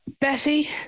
Betty